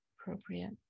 appropriate